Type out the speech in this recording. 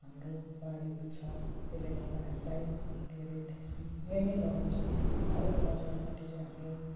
हाम्रो बारीहरू छ त्यसले गर्दा हामीलाई धेरै धेरै नै लगाउँछौँ घरको पछाडिपट्टि चाहिँ हाम्रो